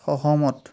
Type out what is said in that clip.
সহমত